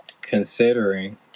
considering